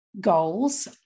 goals